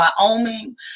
Wyoming